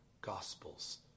gospels